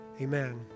Amen